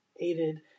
aided